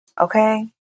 Okay